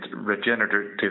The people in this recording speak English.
regenerative